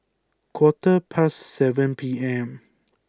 quarter past seven P M